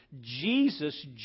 Jesus